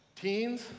Teens